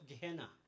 Gehenna